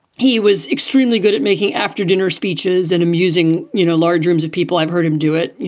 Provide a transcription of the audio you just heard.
he was extremely good at making after dinner speeches and amusing, you know, large rooms of people. i've heard him do it, you